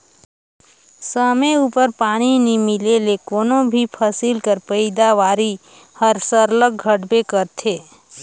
समे उपर पानी नी मिले ले कोनो भी फसिल कर पएदावारी हर सरलग घटबे करथे